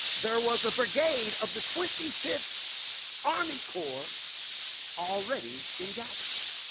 there was a brigade of the twenty fifth army corps already in galveston.